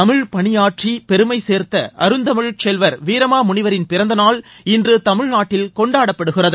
தமிழ் பணியாற்றி பெருமை சேர்த்த அருந்தமிழ்ச்செல்வர் வீரமாமுனிவரின் பிறந்த நாள் இன்று தமிழ்நாட்டில் கொண்டாடப்படுகிறது